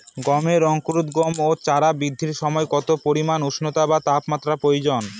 গমের অঙ্কুরোদগম ও চারা বৃদ্ধির সময় কত পরিমান উষ্ণতা বা তাপমাত্রা প্রয়োজন?